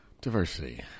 Diversity